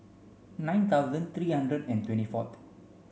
nine thousand three hundred and twenty fourth